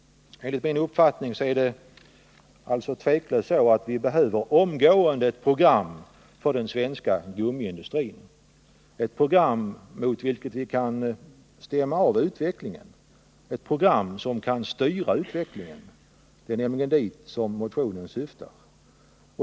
Enligt min uppfattning behöver vi tvivelsutan ett program för den svenska gummiindustrin, ett program mot vilket vi kan stämma av utvecklingen, ett program som kan styra utvecklingen. Det är nämligen dit som motionen syftar.